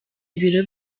ibiro